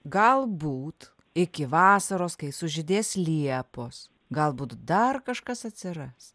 galbūt iki vasaros kai sužydės liepos galbūt dar kažkas atsiras